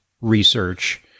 research